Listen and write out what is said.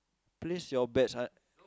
place your bets ah